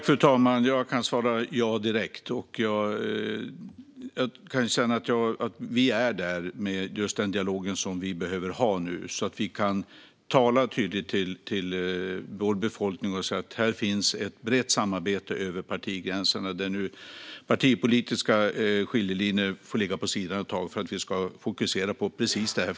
Fru talman! Jag kan svara ja direkt. Jag kan säga att vi är där med just den dialog som vi behöver för att kunna tala tydligt till vår befolkning och säga att här finns ett brett samarbete över partigränserna. Nu får partipolitiska skiljelinjer läggas åt sidan ett tag för att vi ska fokusera på precis detta.